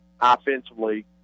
Offensively